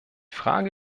frage